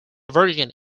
virgin